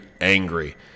angry